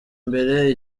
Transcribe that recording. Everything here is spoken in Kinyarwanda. mbere